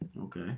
Okay